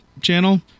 channel